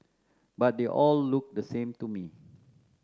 but they all looked the same to me